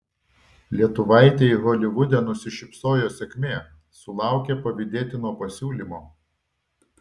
lietuvaitei holivude nusišypsojo sėkmė sulaukė pavydėtino pasiūlymo